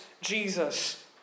Jesus